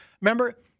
remember